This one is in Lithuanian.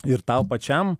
ir tau pačiam